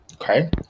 okay